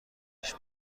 پیش